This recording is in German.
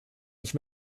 ich